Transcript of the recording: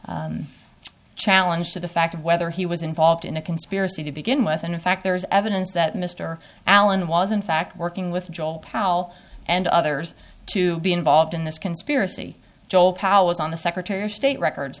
s challenge to the fact of whether he was involved in a conspiracy to begin with and in fact there is evidence that mr allen was in fact working with joel powell and others to be involved in this conspiracy told powell was on the secretary of state record